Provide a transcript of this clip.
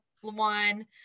one